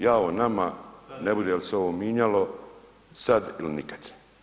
Jao nama ne bude li se ovo mijenjalo, sad ili nikad.